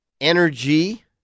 energy